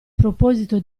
proposito